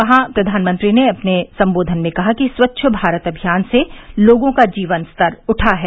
वहां प्रधानमंत्री ने अपने संबोधन में कहा कि स्वच्छ भारत अभियान से लोगों का जीवन स्तर ऊंचा उठा है